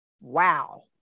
wow